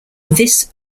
this